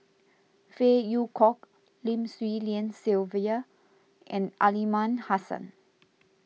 Phey Yew Kok Lim Swee Lian Sylvia and Aliman Hassan